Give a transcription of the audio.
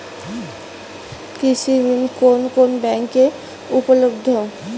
কৃষি ঋণ কোন কোন ব্যাংকে উপলব্ধ?